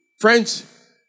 Friends